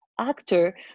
actor